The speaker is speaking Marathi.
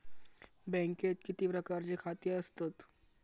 बँकेत किती प्रकारची खाती असतत?